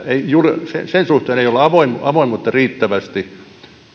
ei ole avoimuutta avoimuutta riittävästi